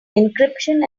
encryption